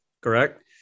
correct